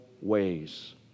ways